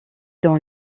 dans